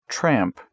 Tramp